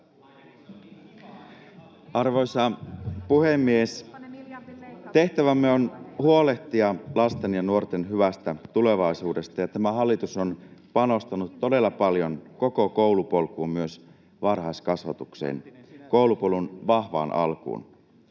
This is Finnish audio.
Arvoisa puhemies! Tehtävämme on huolehtia lasten ja nuorten hyvästä tulevaisuudesta, ja tämä hallitus on panostanut todella paljon koko koulupolkuun, myös varhaiskasvatukseen, koulupolun vahvaan alkuun.